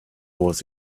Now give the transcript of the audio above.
was